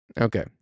Okay